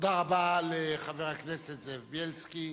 תודה רבה לחבר הכנסת זאב בילסקי.